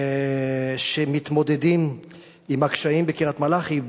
שמתמודדים עם הקשיים בקריית-מלאכי,